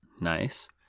Nice